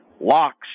locks